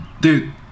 dude